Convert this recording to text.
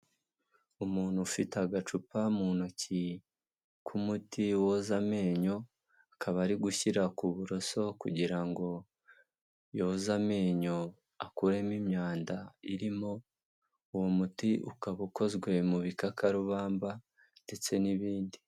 Umuntu ufite agacupa mu ntoki k'umuti woza amenyo akaba ari gushyira ku buroso kugira ngo yoza amenyo akuremo imyanda irimo, uwo muti ukaba ukozwe mu bikakarubamba ndetse n'ibindi.